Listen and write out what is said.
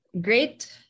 Great